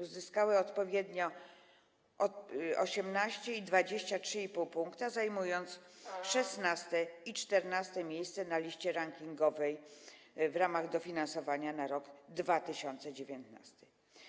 uzyskały odpowiednio 18 i 23,5 pkt, zajmując 16. i 14. miejsce na liście rankingowej w ramach dofinansowania na rok 2019.